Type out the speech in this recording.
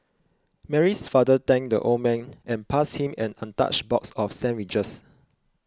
Mary's father thanked the old man and passed him an untouched box of sandwiches